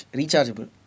rechargeable